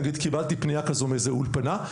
נגיד קיבלתי פנייה כזו מאיזה אולפנה,